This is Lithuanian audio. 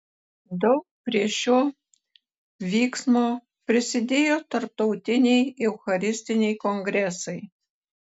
daug prie šio vyksmo prisidėjo tarptautiniai eucharistiniai kongresai